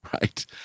right